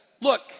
Look